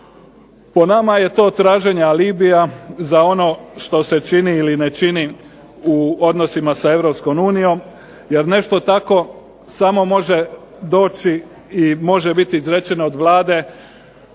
Po nama je to traženje alibija za ono što se čini ili ne čini u odnosima sa Europskom unijom jer nešto tako samo može doći i može biti izrečeno od Vlade